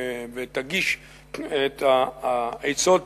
ותגיש את העצות